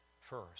first